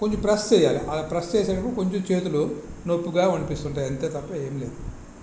కొంచెం ప్రెస్ చేయాలి అలా ప్రెస్ చేసేటప్పుడు కొంచెం చేతులు నొప్పిగా అనిపిస్తుంటాయి అంతే తప్ప ఏమిలేదు